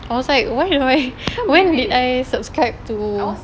I was like do I why did I subscribe to